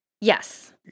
Yes